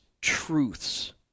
truths